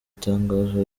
tangazo